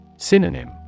Synonym